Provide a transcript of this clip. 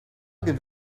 give